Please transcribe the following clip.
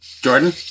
Jordan